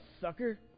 sucker